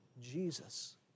Jesus